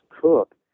cook